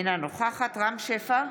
אינה נוכחת רם שפע,